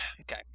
Okay